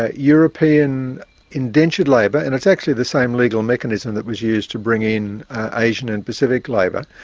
ah european indentured labour, and it's actually the same legal mechanism that was used to bring in asian and pacific labour,